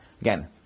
Again